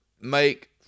make